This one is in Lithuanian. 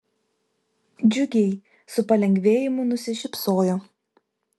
džiugiai su palengvėjimu nusišypsojo